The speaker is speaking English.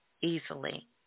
easily